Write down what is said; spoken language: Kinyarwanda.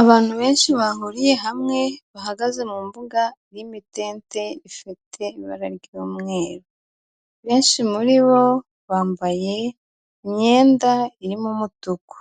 Abantu benshi bahuriye hamwe bahagaze mu mbuga irimo itente ifite ibara ry'umweru, benshi muri bo bambaye imyenda irimo umutuku.